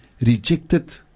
rejected